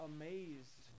amazed